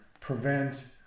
prevent